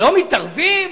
לא מתערבים?